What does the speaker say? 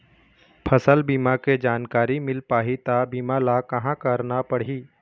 फसल बीमा के जानकारी मिल पाही ता बीमा ला कहां करना पढ़ी?